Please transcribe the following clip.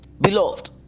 Beloved